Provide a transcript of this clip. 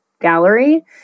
gallery